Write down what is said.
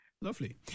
lovely